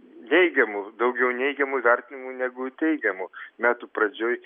neigiamu daugiau neigiamų įvertinimų negu teigiamų metų pradžioj